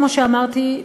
כמו שאמרתי,